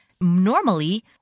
normally